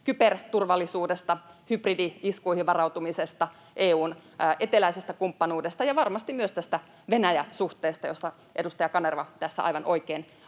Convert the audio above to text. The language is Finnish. kyberturvallisuudesta, hybridi-iskuihin varautumisesta, EU:n eteläisestä kumppanuudesta ja varmasti myös tästä Venäjä-suhteesta, josta edustaja Kanerva aivan oikein